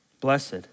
Blessed